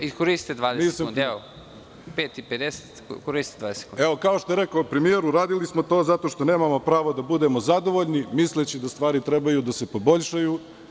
Evo, iskoristite 20 sekundi.) Kao što je rekao premijer, uradili smo to zato što nemamo pravo da budemo zadovoljni, misleći da stvari trebaju da se poboljšaju.